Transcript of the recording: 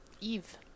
eve